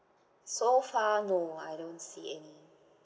so far no I don't see any